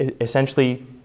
essentially